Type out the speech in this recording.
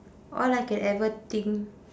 all I can ever think